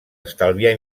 estalviar